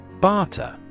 Barter